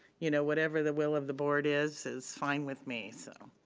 you know whatever the will of the board is, is fine with me. so